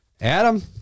Adam